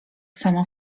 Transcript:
samo